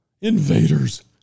Invaders